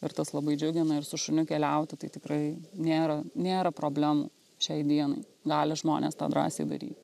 ir tas labai džiugina ir su šuniu keliauti tai tikrai nėra nėra problemų šiai dienai gali žmonės tą drąsiai daryt